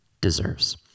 deserves